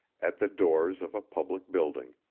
at the doors of a public building.